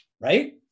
right